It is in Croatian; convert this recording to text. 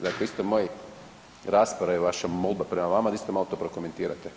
Dakle iz te moje rasprave i vaša molba prema vama da isto malo to prokomentirate.